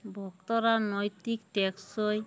ভক্তরা নৈতিক ট্যাগ সই